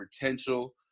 potential